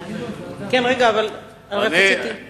אדוני מציע דיון בוועדה או מסתפק בדברי השר?